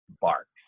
barks